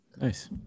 Nice